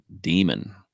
demon